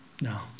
No